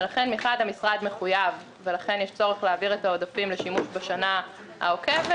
ולכן מחד המשרד מחויב ויש צורך להעביר את העודפים לשימוש בשנה העוקבת,